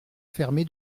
fermé